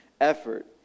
effort